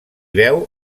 veu